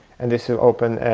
and this will open